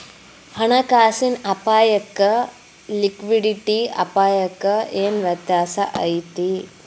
ಹಣ ಕಾಸಿನ್ ಅಪ್ಪಾಯಕ್ಕ ಲಿಕ್ವಿಡಿಟಿ ಅಪಾಯಕ್ಕ ಏನ್ ವ್ಯತ್ಯಾಸಾ ಐತಿ?